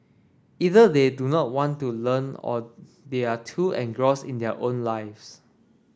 either they do not want to learn or they are too engrossed in their own lives